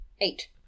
Eight